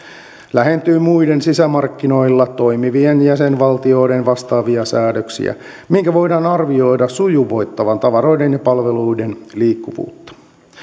lähentyy muiden sisämarkkinoilla toimivien jäsenvaltioiden vastaavia säädöksiä minkä voidaan arvioida sujuvoittavan tavaroiden ja palveluiden liikkuvuutta